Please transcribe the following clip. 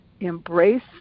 embrace